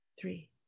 Three